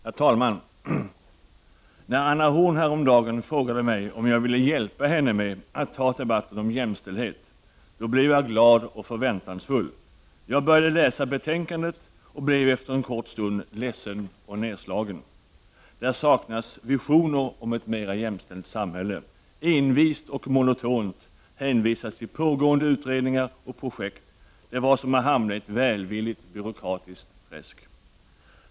Herr talman! När Anna Horn af Rantzien häromdagen frågade mig om jag ville hjälpa henne med att ta debatten om jämställdhet, blev jag glad och förväntansfull. Jag började läsa betänkandet men blev efter en kort stund ledsen och nedslagen. Där saknades visioner om ett mera jämställt samhälle. Envist och monotont hänvisas till pågående utredningar och projekt. Det var som att hamna i ett välvilligt byråkratiskt träsk.